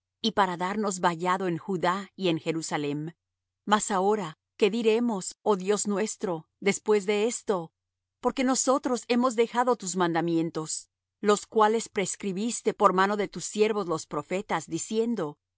y para darnos vallado en judá y en jerusalem mas ahora qué diremos oh dios nuestro después de esto porque nosotros hemos dejado tus mandamientos los cuales prescribiste por mano de tus siervos los profetas diciendo